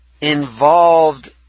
involved